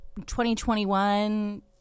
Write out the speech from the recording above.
2021